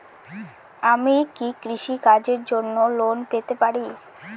আমি কি কৃষি কাজের জন্য লোন পেতে পারি?